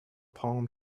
palm